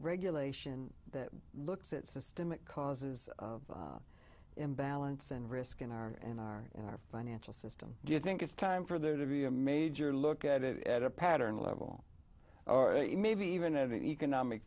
regulation that looks at systemic causes imbalance and risk in our in our in our financial system do you think it's time for there to be a major look at it at a pattern level or a maybe even an economic